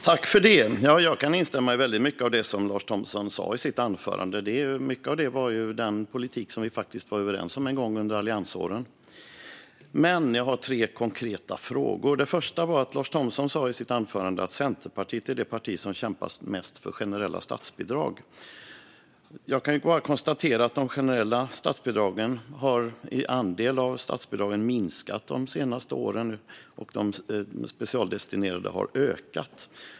Herr talman! Jag kan instämma i mycket av det som Lars Thomsson sa i sitt anförande. Mycket av det var den politik som vi var överens om en gång under alliansåren. Men jag har tre konkreta frågor. Lars Thomsson sa i sitt anförande att Centerpartiet är det parti som kämpar mest för generella statsbidrag. Jag kan bara konstatera att de generella statsbidragens andel av statsbidragen har minskat de senaste åren medan de specialdestinerade har ökat.